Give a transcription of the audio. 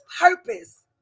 purpose